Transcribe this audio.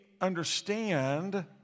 understand